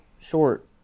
short